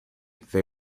they